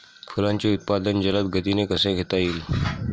फुलांचे उत्पादन जलद गतीने कसे घेता येईल?